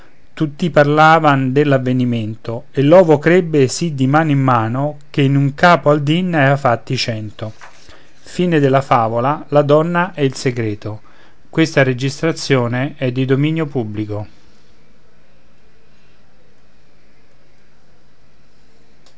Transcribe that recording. tutti parlavan dell'avvenimento e l'ovo crebbe sì di mano in mano che in capo al dì n'aveva fatti cento e a